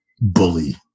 bully